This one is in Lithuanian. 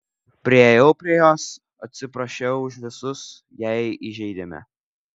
priėjau prie jos atsiprašiau už visus jei įžeidėme